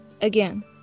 Again